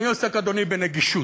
אני עוסק, אדוני, בנגישות.